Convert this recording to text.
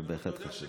אבל בהחלט חשוב.